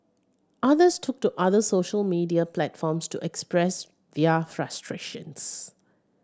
others took to other social media platforms to express their frustrations